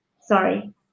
sorry